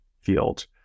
field